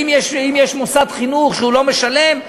אם יש מוסד חינוך שלא משלם,